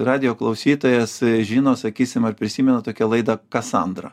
radijo klausytojas žino sakysim ar prisimena tokią laidą kasandra